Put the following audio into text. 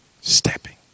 Stepping